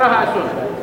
קרה האסון.